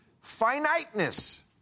Finiteness